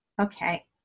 Okay